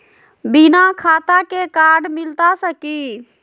बिना खाता के कार्ड मिलता सकी?